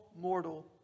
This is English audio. mortal